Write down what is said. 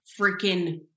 freaking